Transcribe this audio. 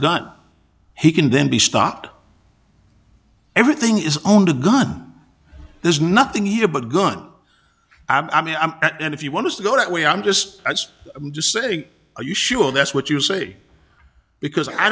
gun he can then be stopped everything is owned a gun there's nothing here but good i mean i'm at and if you want to go that way i'm just i'm just saying are you sure that's what you say because i